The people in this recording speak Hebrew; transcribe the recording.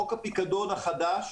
חוק הפיקדון החדש,